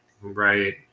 Right